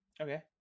Okay